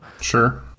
Sure